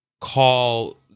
call